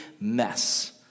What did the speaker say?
mess